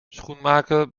schoenmaker